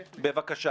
כן, בהחלט.